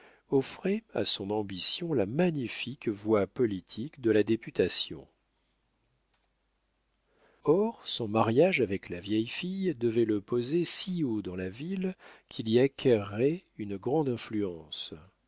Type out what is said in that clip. offrait à son ambition la magnifique voie politique de la députation or son mariage avec la vieille fille devait le poser si haut dans la ville qu'il y acquerrait une grande influence